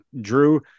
Drew